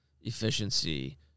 efficiency –